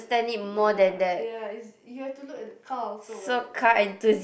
ya ya is you have to look at the car also [what] uh